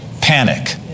Panic